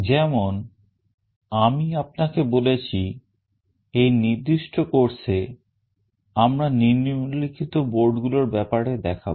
যেমন আমি আপনাকে বলেছি এই নির্দিষ্ট কোর্স এ আমরা নিম্নলিখিত board গুলোর ব্যাপারে দেখাবো